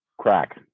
crack